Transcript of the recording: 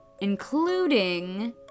including